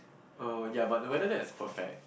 uh ya but the weather there is perfect